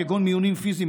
כגון מיונים פיזיים,